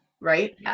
Right